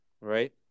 right